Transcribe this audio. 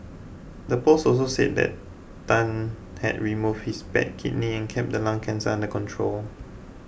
the post also said that Tan had removed his bad kidney and kept the lung cancer under control